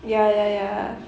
ya ya ya